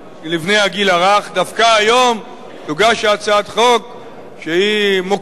דווקא היום תוגש הצעה שמוקיעה